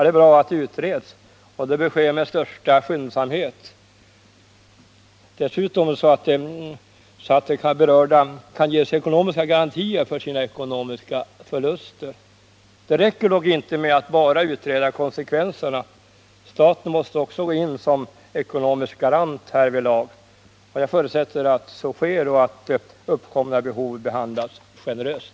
Det är bra att det utreds, och det bör ske med största skyndsamhet dessutom, så att de berörda kan ges ekonomiska garantier för sina förluster. Det räcker dock inte med att bara utreda konsekvenserna. Staten måste också gå in som ekonomisk garant därvidlag. Jag förutsätter att så sker och att önskemål med anledning av uppkomna behov behandlas generöst.